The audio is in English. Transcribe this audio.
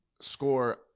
score